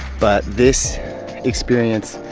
but this experience.